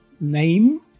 name